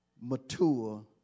mature